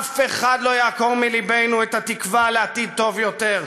אף אחד לא יעקור מלבנו את התקווה לעתיד טוב יותר.